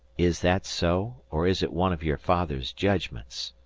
is that so, or is it one of your father's judgments?